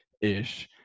ish